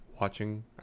watching